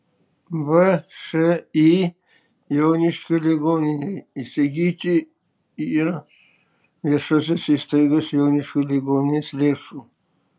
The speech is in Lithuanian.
všį joniškio ligoninei įsigyti ir viešosios įstaigos joniškio ligoninės lėšų